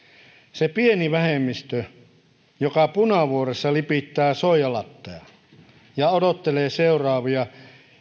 se pieni vähemmistö joka punavuoressa lipittää soijalattea ja ja odottelee seuraavia